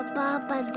ba-ba-ba